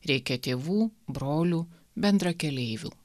reikia tėvų brolių bendrakeleivių